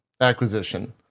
acquisition